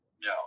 No